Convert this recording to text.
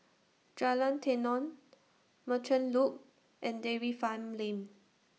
Jalan Tenon Merchant Loop and Dairy Farm Lane